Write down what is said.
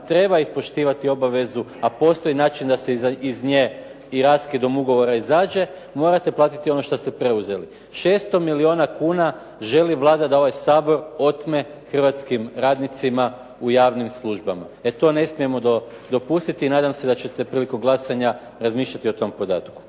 treba ispoštivati obavezu a postoji način da se iz nje i raskidom ugovora izađe morate platiti ono što ste preuzeli. 600 milijuna kuna želi Vlada da ovaj Sabor otme hrvatskim radnicima u javnim službama. E to ne smijete dopustiti i nadam se da ćete prilikom glasanja razmišljati o tome podatku.